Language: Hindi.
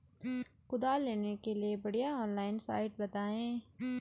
कुदाल लेने के लिए बढ़िया ऑनलाइन साइट बतायें?